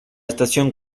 estación